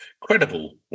Credible